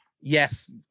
Yes